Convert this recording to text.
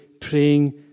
praying